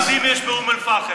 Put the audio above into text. כמה תושבים יהודים יש באום אל-פחם?